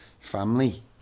family